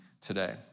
today